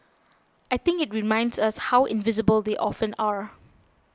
I think it reminds us how invisible they often are